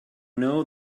know